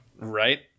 Right